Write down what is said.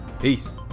Peace